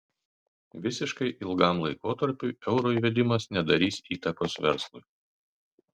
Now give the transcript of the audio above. visiškai ilgam laikotarpiui euro įvedimas nedarys įtakos verslui